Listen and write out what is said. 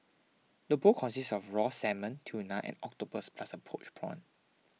the bowl consists of raw salmon tuna and octopus plus a poached prawn